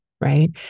right